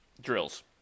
Drills